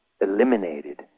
eliminated